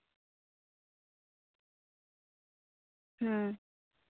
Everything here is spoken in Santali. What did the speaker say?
ᱦᱩᱸ